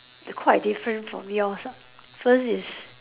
quite different from yours ah first is